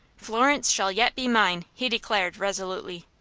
florence shall yet be mine, he declared, resolutely.